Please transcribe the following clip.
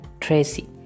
Tracy